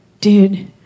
dude